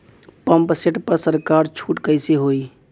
Pump set पर सरकार छूट कईसे होई?